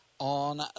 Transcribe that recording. On